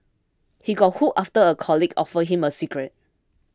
he got hooked after a colleague offered him a cigarette